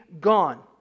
gone